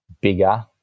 bigger